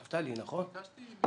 יש לי שאלה.